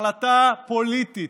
החלטה פוליטית.